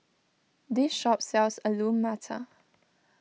this shop sells Alu Matar